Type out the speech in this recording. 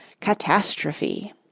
Catastrophe